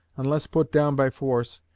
unless put down by force,